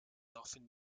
often